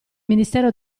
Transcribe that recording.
ministero